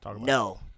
no